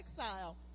exile